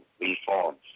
reforms